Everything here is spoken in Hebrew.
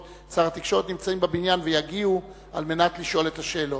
את שר התקשורת נמצאים בבניין ויגיעו על מנת לשאול את השאלות.